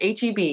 HEB